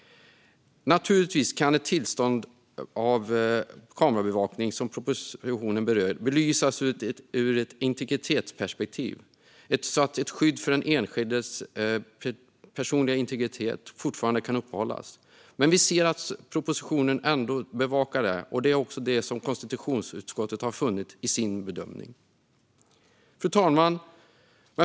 Naturligtvis kan ett tillstånd för kamerabevakning, som propositionen berör, belysas ur ett integritetsperspektiv - det handlar om att ett skydd för den enskildes personliga integritet fortfarande ska kunna upprätthållas. Men vi ser att man bevakar detta i propositionen. Det är också det som konstitutionsutskottet har funnit i sin bedömning. Fru talman!